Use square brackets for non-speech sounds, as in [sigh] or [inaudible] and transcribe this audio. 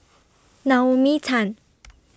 [noise] Naomi Tan